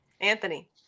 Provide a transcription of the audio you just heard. Anthony